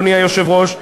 אדוני היושב-ראש,